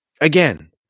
Again